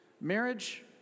Marriage